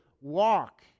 walk